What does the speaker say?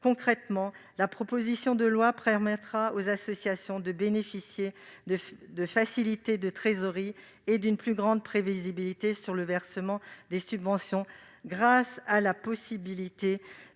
Concrètement, la proposition de loi permettra aux associations de bénéficier de facilités de trésorerie et d'une plus grande prévisibilité sur le versement des subventions, grâce à la possibilité